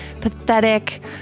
pathetic